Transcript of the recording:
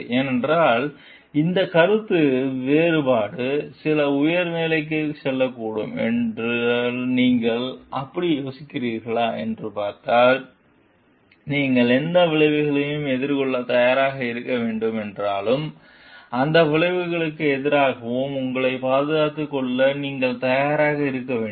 ஏனெனில் இந்த கருத்து வேறுபாடு சில உயர் நிலைக்குச் செல்லக்கூடும் என்றால் நீங்கள் அப்படி யோசிக்கிறீர்களா என்று பார்த்தால் நீங்கள் எந்த விளைவுகளையும் எதிர்கொள்ளத் தயாராக இருக்க வேண்டும் என்றாலும் இந்த விளைவுகளுக்கு எதிராகவும் உங்களைப் பாதுகாத்துக் கொள்ள நீங்கள் தயாராக இருக்க வேண்டும்